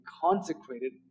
consecrated